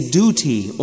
duty